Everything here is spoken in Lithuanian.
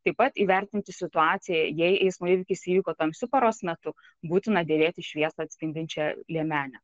taip pat įvertinti situaciją jei eismo įvykis įvyko tamsiu paros metu būtina dėvėti šviesą atspindinčią liemenę